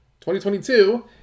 2022